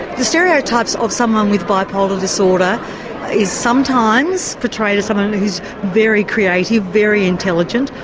the stereotypes of someone with bipolar disorder is sometimes portrayed as someone who's very creative, very intelligent,